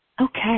Okay